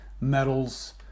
metals